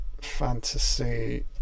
fantasy